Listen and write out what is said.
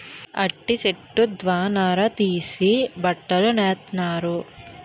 అంటి సెట్టు దవ్వ నార తీసి బట్టలు నేత్తన్నారు